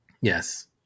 Yes